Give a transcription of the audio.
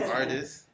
artist